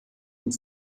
und